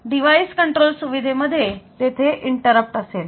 device control सुविधे मध्ये तेथे इंटरप्ट असेल